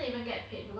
ya